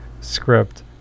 script